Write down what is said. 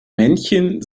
männchen